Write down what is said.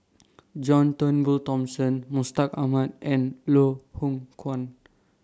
John Turnbull Thomson Mustaq Ahmad and Loh Hoong Kwan